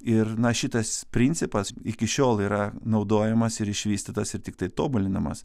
ir na šitas principas iki šiol yra naudojamas ir išvystytas ir tiktai tobulinamas